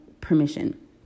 permission